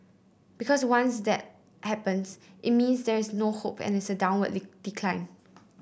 because once that happens it means there is no hope and it's a downward decline